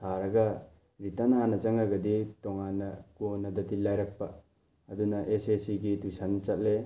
ꯊꯥꯔꯒ ꯔꯤꯇꯟ ꯍꯥꯟꯅ ꯆꯪꯉꯒꯗꯤ ꯇꯣꯉꯥꯟꯅ ꯀꯣꯟꯅꯗꯗꯤ ꯂꯥꯏꯔꯛꯄ ꯑꯗꯨꯅ ꯑꯦꯁ ꯑꯦꯁ ꯁꯤꯒꯤ ꯇ꯭ꯌꯨꯁꯟ ꯆꯠꯂꯦ